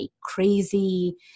crazy